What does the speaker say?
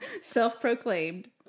self-proclaimed